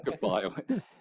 Goodbye